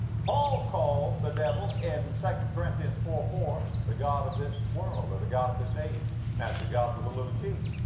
paul called the devil in second corinthians four four, the god of this world, or, the god of this age. now it's a god with a little g,